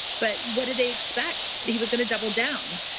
but what did they expect? he was going to double down.